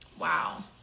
Wow